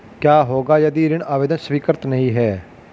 क्या होगा यदि ऋण आवेदन स्वीकृत नहीं है?